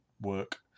work